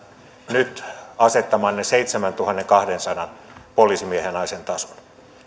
nyt asettamanne seitsemäntuhannenkahdensadan poliisimiehen ja naisen tason